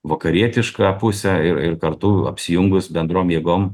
vakarietišką pusę ir ir kartu apsijungus bendrom jėgom